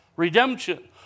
Redemption